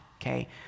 okay